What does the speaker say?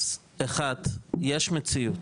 אז אחד, יש מציאות.